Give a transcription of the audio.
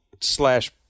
slash